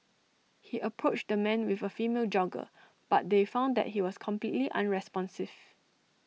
he approached the man with A female jogger but they found that he was completely unresponsive